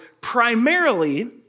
primarily